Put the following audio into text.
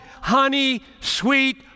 honey-sweet